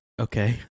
Okay